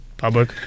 public